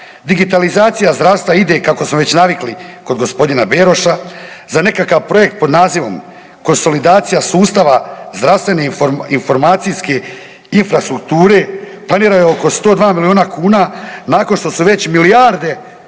Digitalizacija zdravstva ide kako smo već navikli kog g. Beroša za nekakav projekt pod nazivom „Konsolidacija sustava zdravstvene informacijske infrastrukture“ planirano je oko 102 milijuna kuna nakon što su već milijarde